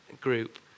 group